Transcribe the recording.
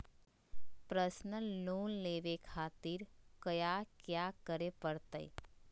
Personal loan लेवे खातिर कया क्या करे पड़तइ?